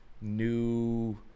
new